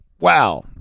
wow